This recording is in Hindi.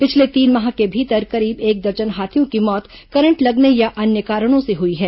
पिछले तीन माह के भीतर करीब एक दर्जन हाथियों की मौत करंट लगने या अन्य कारणों से हुई है